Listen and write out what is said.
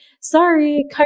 sorry